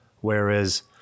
Whereas